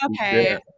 Okay